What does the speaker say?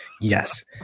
Yes